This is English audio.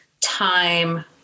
time